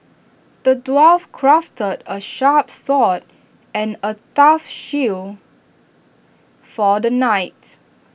the dwarf crafted A sharp sword and A tough shield for the knight